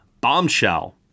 Bombshell